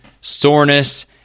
soreness